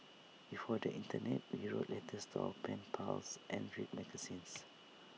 before the Internet we wrote letters to our pen pals and read magazines